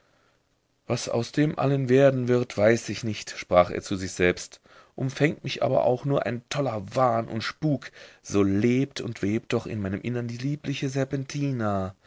was aus dem allen werden wird weiß ich nicht sprach er zu sich selbst umfängt mich aber auch nur ein toller wahn und spuk so lebt und webt doch in meinem innern die liebliche serpentina